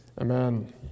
amen